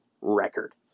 record